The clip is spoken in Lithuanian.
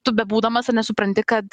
tu bebūdamas ar ne supranti kad